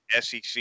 SEC